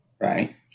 right